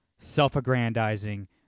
self-aggrandizing